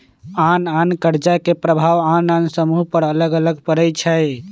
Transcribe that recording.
आन आन कर्जा के प्रभाव आन आन समूह सभ पर अलग अलग पड़ई छै